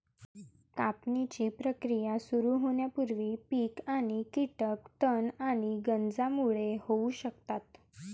कापणीची प्रक्रिया सुरू होण्यापूर्वी पीक आणि कीटक तण आणि गंजांमुळे होऊ शकतात